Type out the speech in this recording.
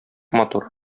матур